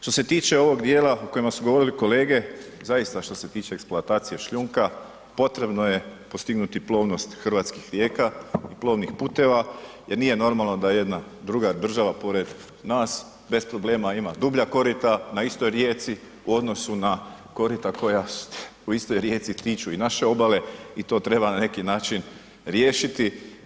Što se tiče ovog dijela o kojima su govorili kolege zaista što se tiče eksploatacije šljunka, potrebno je postignuti plovnost hrvatskih rijeka i plovnih puteva jer nije normalno da jedna druga država pored nas bez problema ima dublja korita na istoj rijeci u odnosu na korita koja u istoj rijeci tiču i naše obale i to treba na neki način riješiti.